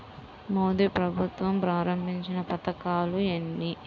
మోదీ ప్రభుత్వం ప్రారంభించిన పథకాలు ఎన్ని?